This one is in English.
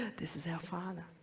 this is our father.